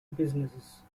businesses